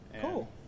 Cool